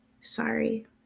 Sorry